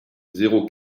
zéro